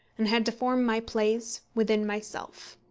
and had to form my plays within myself.